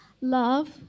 Love